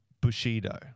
Bushido